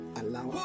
allow